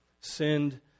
sinned